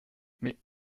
mais